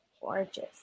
Gorgeous